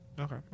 Okay